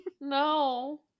No